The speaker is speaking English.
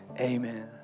amen